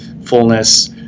fullness